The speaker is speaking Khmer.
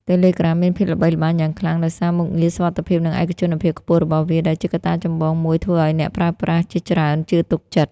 Telegram មានភាពល្បីល្បាញយ៉ាងខ្លាំងដោយសារមុខងារ សុវត្ថិភាព និងឯកជនភាពខ្ពស់ របស់វា ដែលជាកត្តាចម្បងមួយធ្វើឲ្យអ្នកប្រើប្រាស់ជាច្រើនជឿទុកចិត្ត។